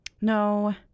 No